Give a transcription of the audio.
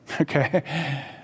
Okay